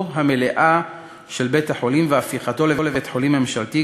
המלאה של בית-החולים והפיכתו לבית-חולים ממשלתי,